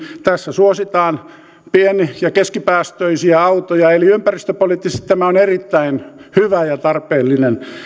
tässä suositaan pieni ja keskipäästöisiä autoja eli ympäristöpoliittisesti tämä on erittäin hyvä ja tarpeellinen